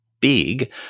big